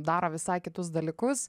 daro visai kitus dalykus